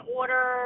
order